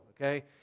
okay